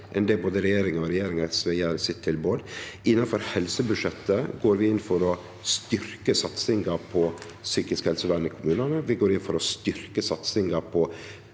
enn det både regjeringa og regjeringa og SV gjer i sitt tilbod. Innanfor helsebudsjettet går vi inn for å styrkje satsinga på psykisk helsevern i kommunane. Vi går inn for å styrkje satsinga på